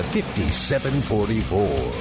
5744